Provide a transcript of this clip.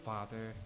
Father